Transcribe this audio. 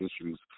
issues